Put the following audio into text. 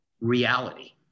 reality